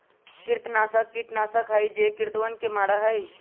कृंतकनाशक कीटनाशक हई जो कृन्तकवन के मारा हई